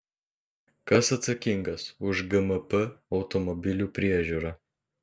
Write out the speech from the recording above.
kas atsakingas už gmp automobilių priežiūrą